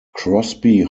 crosby